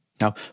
Now